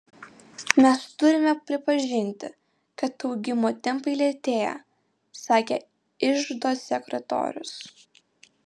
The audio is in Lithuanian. mes turime pripažinti kad augimo tempai lėtėja sakė iždo sekretorius